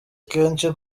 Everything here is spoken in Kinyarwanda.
kenshi